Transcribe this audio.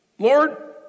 Lord